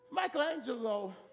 Michelangelo